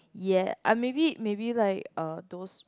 yeah I maybe maybe like uh those